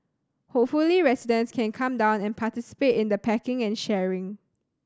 hopefully residents can come down and participate in the packing and sharing